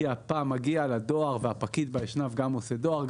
כי אתה מגיע לדואר והפקיד באשנב גם עושה דואר,